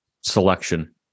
selection